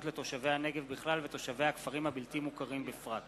לתושבי הנגב בכלל ולתושבי הכפרים הבלתי-מוכרים בפרט.